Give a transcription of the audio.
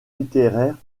littéraires